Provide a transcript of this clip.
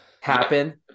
happen